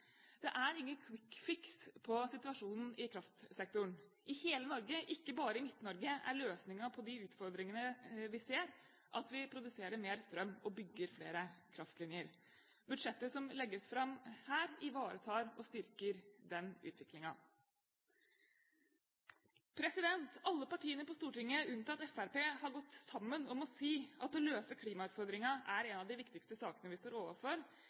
Det er ingen «quick fix» på situasjonen i kraftsektoren. I hele Norge, ikke bare i Midt-Norge, er løsningen på de utfordringene vi ser, at vi produserer mer strøm og bygger flere kraftlinjer. Budsjettet som legges fram her, ivaretar og styrker den utviklingen. Alle partiene på Stortinget, unntatt Fremskrittspartiet, har gått sammen om å si at å løse klimautfordringen er en av de viktigste sakene vi står overfor.